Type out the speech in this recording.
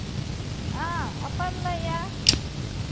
ᱦᱮᱸ ᱚᱠᱚᱭᱮᱢ ᱞᱟᱹᱭᱮᱫᱟ